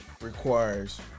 requires